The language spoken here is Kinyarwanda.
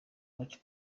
wacu